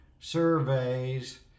surveys